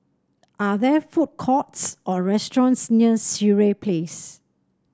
are there food courts or restaurants near Sireh Place